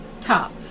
top